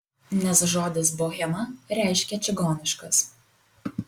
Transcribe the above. nes žodis bohema reiškia čigoniškas